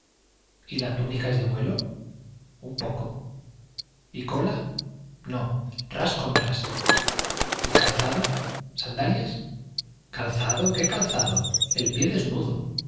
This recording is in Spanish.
y la túnica es de vuelo un poco y cola no ras con ras y calzado sandalias calzado qué calzado el pie desnudo